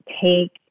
take